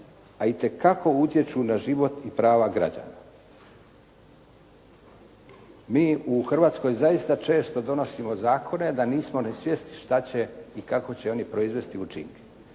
a itekako utječu na život i prava građana.“ Mi u Hrvatskoj zaista često donosimo zakone da nismo ni svjesni šta će i kako će oni proizvesti učinke.